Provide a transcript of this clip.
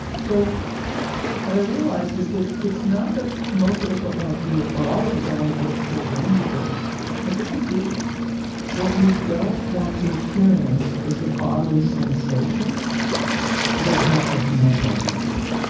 so what i've realized is that it's not that most of us don't want to feel or all of us don't want to feel a full range of what we feel. i think we do what we don't want to experience is the bodily sensation that helps us know what we feel